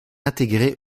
intégrée